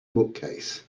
bookcase